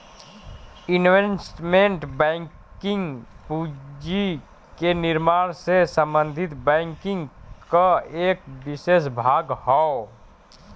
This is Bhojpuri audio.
इन्वेस्टमेंट बैंकिंग पूंजी के निर्माण से संबंधित बैंकिंग क एक विसेष भाग हौ